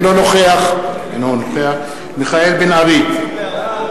אינו נוכח מיכאל בן-ארי,